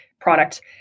product